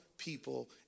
people